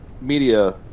media